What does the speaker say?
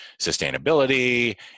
sustainability